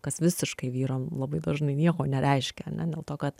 kas visiškai vyram labai dažnai nieko nereiškia ane dėl to kad